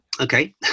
Okay